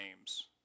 names